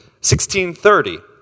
1630